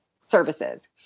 services